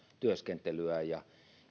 työskentelyään ja